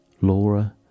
Laura